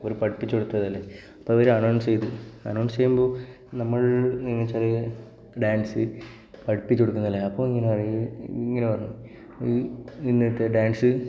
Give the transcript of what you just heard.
അവർ പഠിപ്പിച്ചു കൊടുത്തതല്ലേ അപ്പം അവർ അനൗൺസ് ചെയ്ത് അനൗൺസ് ചെയ്യുമ്പോൾ നമ്മൾ എന്നു വച്ചാൽ ഡാൻസ് പഠിപ്പിച്ചു കൊടുക്കുന്നത് അല്ലെ അപ്പോൾ ഇങ്ങനെ പറഞ്ഞ് അത് നിന്നിട്ട് ഡാൻസ്